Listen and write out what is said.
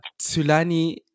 Tulani